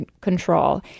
control